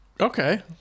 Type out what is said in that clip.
Okay